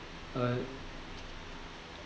uh